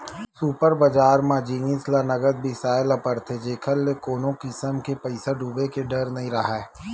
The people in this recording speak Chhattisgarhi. सुपर बजार म जिनिस ल नगद बिसाए ल परथे जेखर ले कोनो किसम ले पइसा डूबे के डर नइ राहय